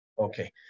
Okay